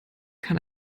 kann